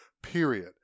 Period